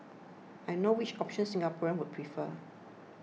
I know which option Singaporeans would prefer